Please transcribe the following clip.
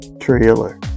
trailer